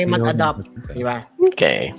Okay